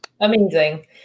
amazing